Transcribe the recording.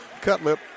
Cutlip